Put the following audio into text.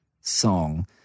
song